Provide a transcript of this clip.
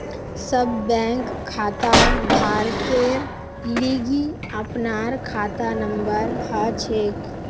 सब बैंक खाताधारकेर लिगी अपनार खाता नंबर हछेक